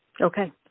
Okay